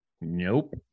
Nope